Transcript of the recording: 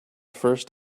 first